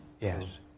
Yes